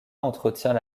entretient